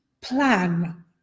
plan